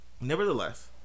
Nevertheless